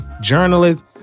journalists